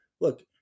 look